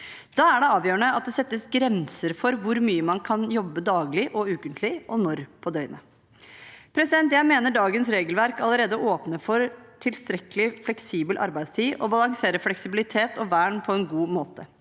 Da er det avgjørende at det settes grenser for hvor mye man kan jobbe, daglig og ukentlig, og når på døgnet. Jeg mener dagens regelverk allerede åpner for tilstrekkelig fleksibel arbeidstid og balanserer fleksibilitet og vern på en god måte.